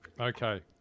okay